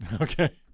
Okay